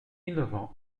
innovant